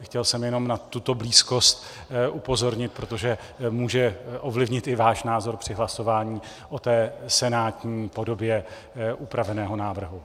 Chtěl jsem jenom na tuto blízkost upozornit, protože může ovlivnit i váš názor při hlasování o senátní podobě upraveného návrhu.